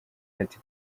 ati